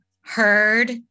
heard